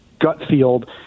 Gutfield